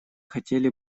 хотели